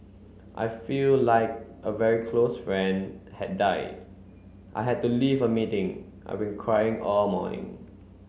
I feel like a very close friend had died I had to leave a meeting I've been crying all morning